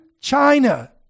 China